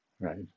right